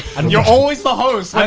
and you're always the host,